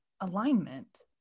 alignment